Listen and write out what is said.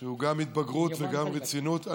שהוא גם התבגרות וגם רצינות.